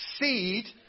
seed